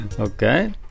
Okay